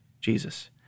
Jesus